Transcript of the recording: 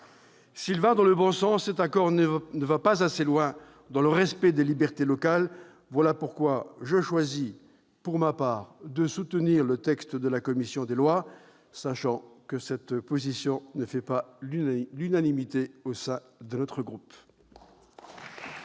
S'il va dans le bon sens, cet accord ne va pas assez loin dans le respect des libertés locales. Voilà pourquoi je choisis, pour ma part, de soutenir le texte de la commission des lois, sachant que cette position ne fait pas l'unanimité au sein de mon groupe.